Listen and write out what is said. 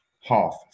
half